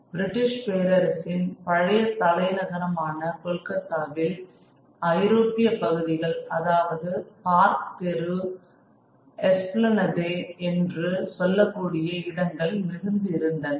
British பேரரசின் பழைய தலைநகரமான கொல்கத்தாவில் ஐரோப்பிய பகுதிகள் அதாவது பார்க் தெரு எஸ்பிளனதே என்று சொல்லக்கூடிய இடங்கள் மிகுந்து இருந்தன